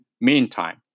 Meantime